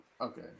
Okay